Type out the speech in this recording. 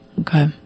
Okay